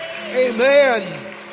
Amen